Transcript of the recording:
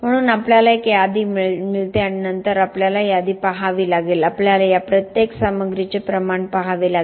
म्हणून आपल्याला एक यादी मिळते आणि नंतर आपल्याला यादी पहावी लागेल आपल्याला या प्रत्येक सामग्रीचे प्रमाण पहावे लागेल